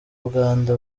uganda